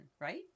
right